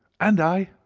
and i,